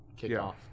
kickoff